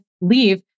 leave